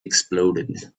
exploded